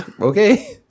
okay